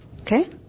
Okay